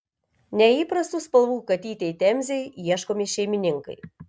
neįprastų spalvų katytei temzei ieškomi šeimininkai